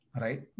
right